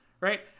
right